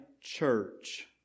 church